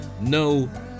No